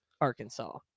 arkansas